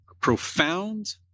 profound